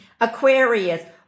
Aquarius